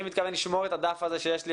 אני מתכוון לשמור את הדף הזה.